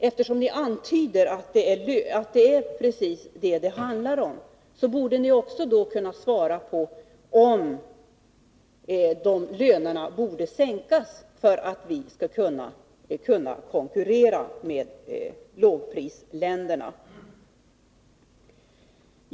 Eftersom ni antyder att det är precis vad det handlar om, borde ni också kunna svara på om lönerna borde sänkas för att vi skall kunna konkurrera med lågprisländerna.